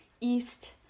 East